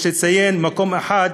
יש לציין מקום אחד,